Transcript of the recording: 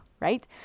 right